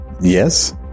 Yes